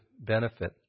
benefit